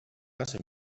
lasse